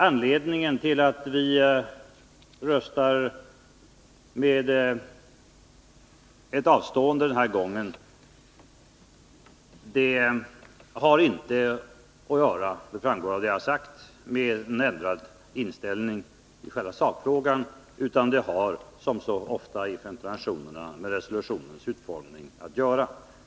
Att vi röstar med ett avstående den här gången har inte att göra — och det framgår av vad jag har sagt — med en ändrad inställning i själva sakfrågan, utan det har med resolutionens utformning att göra.